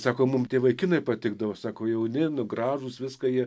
sako mums tie vaikinai patikdavo sako jauni gražūs viską jie